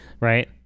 Right